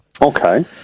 Okay